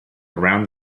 around